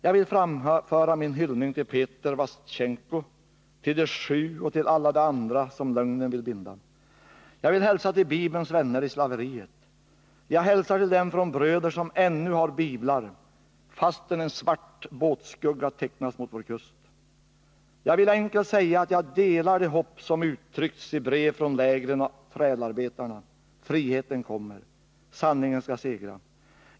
Jag vill framföra min hyllning till Peter Vashchenko, till de sju och till alla de andra som lögnen vill binda. Jag vill hälsa till Bibelns vänner i Slaveriet. Jag hälsar till dem från bröder som ännu har Biblar, fastän en svart båtskugga tecknats mot vår kust. Jag vill enkelt säga att jag delar det hopp som uttryckts i brev från lägren och trälarbetarna: Friheten kommer. Sanningen skall segra.